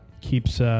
Keeps